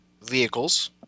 vehicles